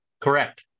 correct